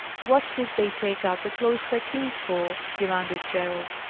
what did they take out the cloister keys for? demanded gerald.